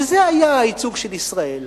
וזה היה הייצוג של ישראל.